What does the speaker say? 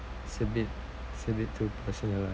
it's a bit it's a bit too personal lah